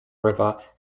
river